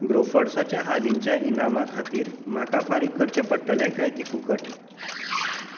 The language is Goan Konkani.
ग्रोफर्साच्या हालींच्या इनामां खातीर म्हाका फारीक करचें पडटलें काय तीं फुकट